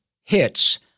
hits